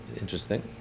Interesting